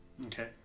Okay